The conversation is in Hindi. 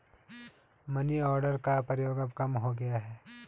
मनीआर्डर का प्रयोग अब कम हो गया है